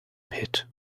pit